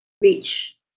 reach